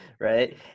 Right